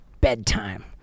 bedtime